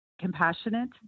compassionate